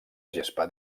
gespa